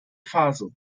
faso